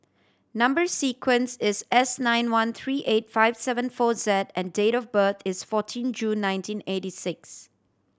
number sequence is S nine one three eight five seven four Z and date of birth is fourteen June nineteen eighty six